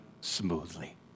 smoothly